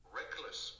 reckless